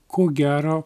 ko gero